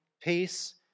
peace